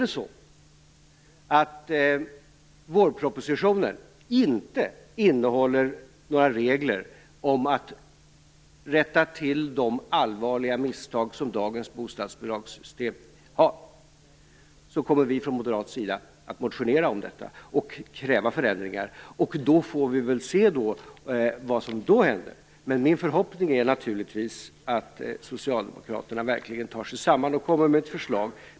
Men om vårpropositionen inte innehåller några regler om att rätta till de allvarliga misstag som dagens bostadsbidragssystem har kommer vi från moderat sida att motionera om detta och kräva förändringar. Då får vi se vad som händer. Men min förhoppning är naturligtvis att socialdemokraterna verkligen tar sig samman och kommer med ett förslag.